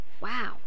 Wow